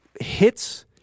hits